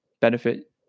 benefit